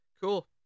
cool